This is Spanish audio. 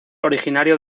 originario